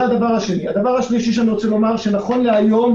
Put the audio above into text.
דבר שלישי, אני לא יודע אם אנחנו